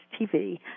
TV